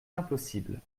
impossible